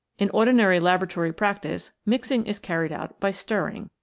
in ordinary laboratory practice mixing is carried out by stirring.